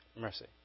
Mercy